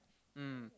mm